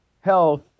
health